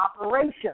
operation